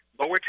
lower